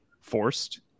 forced